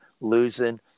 losing